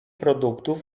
produktów